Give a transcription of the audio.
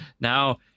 Now